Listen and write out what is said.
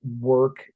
work